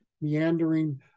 meandering